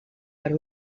per